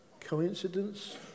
Coincidence